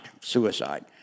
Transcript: suicide